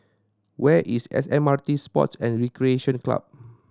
where is S M R T Sports and Recreation Club